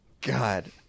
god